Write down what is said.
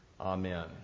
Amen